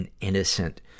innocent